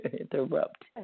interrupt